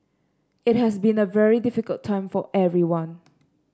it has been a very difficult time for everyone